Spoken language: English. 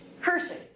Cursing